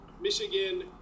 Michigan